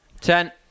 Ten